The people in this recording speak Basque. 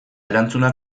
erantzuna